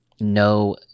no